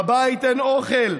בבית אין אוכל,